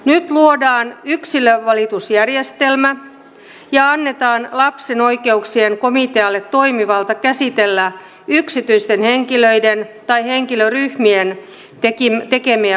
nyt luodaan yksilövalitusjärjestelmä ja annetaan lapsen oikeuksien komitealle toimivalta käsitellä yksityisten henkilöiden tai henkilöryhmien tekemiä valituksia